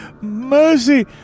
Mercy